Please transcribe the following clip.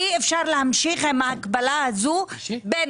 אי אפשר להמשיך עם ההקבלה הזאת בין